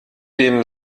dem